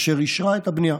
אשר אישרה את הבנייה.